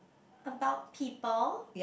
about people